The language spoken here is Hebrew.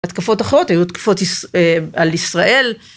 התקפות אחרות היו התקפות על ישראל.